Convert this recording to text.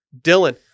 Dylan